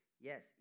Yes